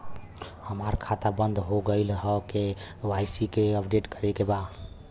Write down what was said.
हमार खाता बंद हो गईल ह के.वाइ.सी अपडेट करे के बा?